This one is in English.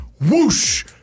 Whoosh